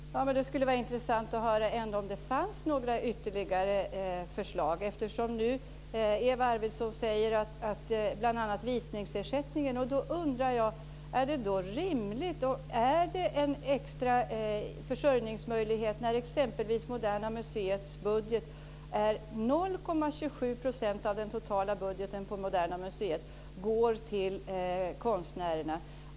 Fru talman! Det skulle ändå vara intressant att höra om det fanns ytterligare förslag. Eva Arvidsson talar bl.a. om visningsersättningen. Är det rimligt att se det som en extra försörjningsmöjlighet när exempelvis 0,27 % av den totala budgeten på Moderna museet går till konstnärerna?